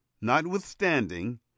Notwithstanding